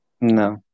No